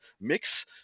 Mix